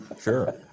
sure